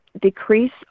decrease